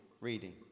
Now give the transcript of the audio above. reading